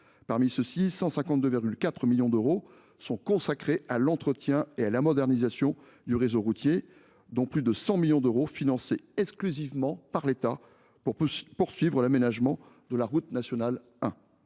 cadre, quelque 152,4 millions d’euros seront consacrés à l’entretien et à la modernisation du réseau routier, dont plus de 100 millions d’euros financés exclusivement par l’État pour poursuivre l’aménagement de la route nationale 1.